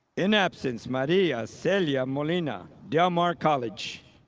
in absence, maria celje yeah molina, del mar college.